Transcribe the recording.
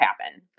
happen